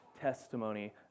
testimony